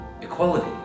equality